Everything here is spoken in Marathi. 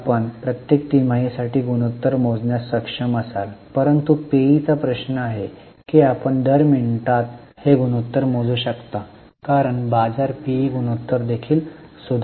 तर आपण प्रत्येक तिमाहीसाठी गुणोत्तर मोजण्यास सक्षम असाल परंतु पीईचा प्रश्न आहे की आपण दर मिनिटात हे गुणोत्तर मोजू शकता कारण बाजार पीई गुणोत्तर देखील सुधारत आहे